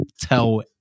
tell